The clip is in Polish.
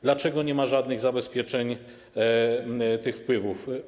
Dlaczego nie ma żadnych zabezpieczeń tych wpływów?